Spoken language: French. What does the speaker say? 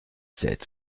sept